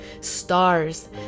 stars